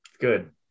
Good